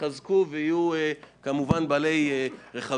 יתחזקו ויהיו עם יותר רכבים,